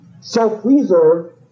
self-reserve